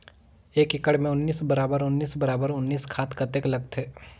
एक एकड़ मे उन्नीस बराबर उन्नीस बराबर उन्नीस खाद कतेक लगथे?